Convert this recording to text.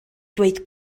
dweud